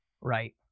Right